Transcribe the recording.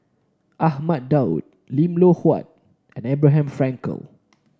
Ahmad Daud Lim Loh Huat and Abraham Frankel